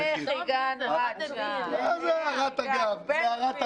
איך הגענו --- זו הערת אגב, זו הערת אגב.